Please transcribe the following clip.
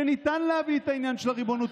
ושניתן להביא את העניין של הריבונות,